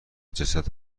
جسد